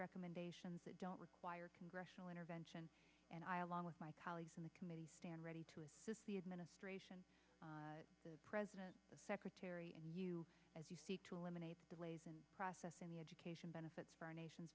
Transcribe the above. recommendations that don't require congressional intervention and i along with my colleagues in the committee stand ready to assist the administration the president the secretary and you as you see to eliminate delays in processing the education benefits for our nation